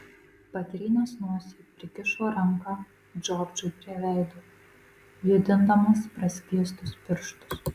patrynęs nosį prikišo ranką džordžui prie veido judindamas praskėstus pirštus